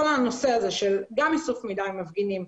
כל הנושא הזה של איסוף מידע על מפגינים,